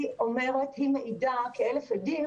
היא מעידה כאלף עדים